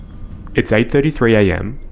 it's eight thirty three am,